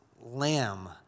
lamb